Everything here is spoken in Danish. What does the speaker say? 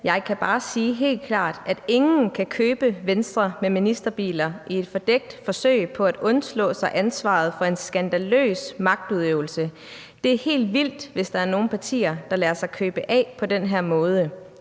»Jeg kan bare sige helt klart, at ingen kan købe Venstre med ministerbiler i et fordækt forsøg på at undslå sig ansvaret for en skandaløs magtudøvelse. Det er helt vildt, hvis der er nogen partier, der lader sig købe af på den her måde«,